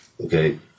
Okay